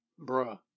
Bruh